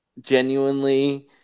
genuinely